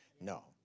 No